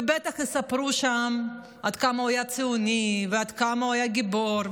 בטח יספרו שם עד כמה הוא היה ציוני ועד כמה הוא היה גיבור,